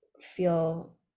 feel